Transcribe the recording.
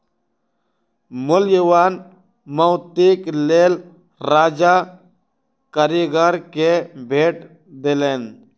मूल्यवान मोतीक लेल राजा कारीगर के भेट देलैन